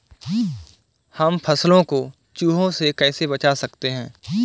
हम फसलों को चूहों से कैसे बचा सकते हैं?